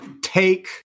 Take